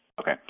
Okay